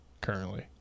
currently